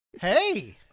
Hey